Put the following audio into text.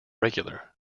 regular